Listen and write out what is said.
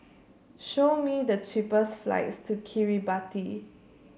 show me the cheapest flights to Kiribati